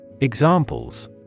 Examples